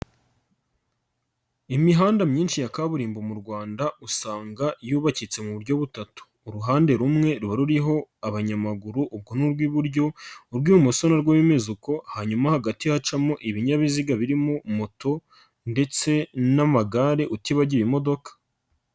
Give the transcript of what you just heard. Imihanda myinshi ya kaburimbo mu Rwanda usanga yubakitse mu buryo butatu. Uruhande rumwe ruba ruriho abanyamaguru urwo ni urw'iburyo, urw'ibumoso rw'ibinyabiziga hanyuma hagati hacamo ibinyabiziga birimo moto ndetse n'amagare utibagiwe imodoka.